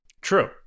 true